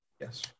Yes